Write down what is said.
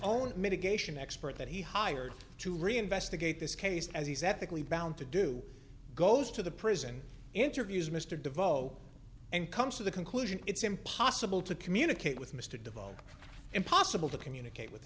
own mitigation expert that he hired to reinvestigate this case as he's ethically bound to do goes to the prison interviews mr de veau and comes to the conclusion it's impossible to communicate with mr devolve impossible to communicate with